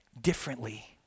differently